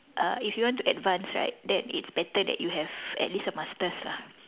uh if you want to advance right then it's better that you have at least a masters lah